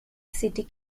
city